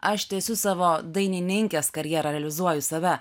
aš tęsiu savo dainininkės karjera realizuoju save